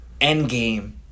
Endgame